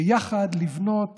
ויחד לבנות